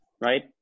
Right